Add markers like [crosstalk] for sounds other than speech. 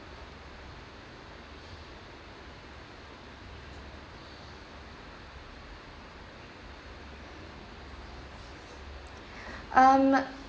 [breath] um